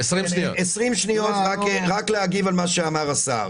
--- רק להגיב על מה שאמר השר.